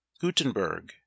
Gutenberg